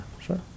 sure